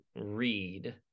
read